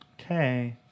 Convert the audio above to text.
Okay